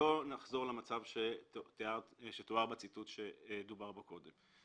שלא נחזור למצב שתואר בציטוט שנשמע קודם.